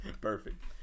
Perfect